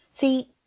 See